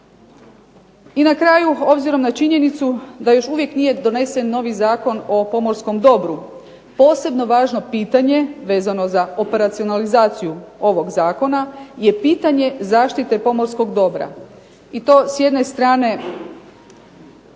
I na kraju, obzirom na činjenicu da još uvijek nije donesen novi Zakon o pomorskom dobru posebno važno pitanje vezano za operacionalizaciju ovog zakona je pitanje zaštite pomorskog dobra i to s jedne strane